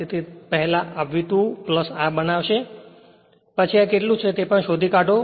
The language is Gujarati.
તેથી તે પહેલા V2 આ બનાવશે પછી આ તે કેટલું છે તે પણ શોધી કાઢો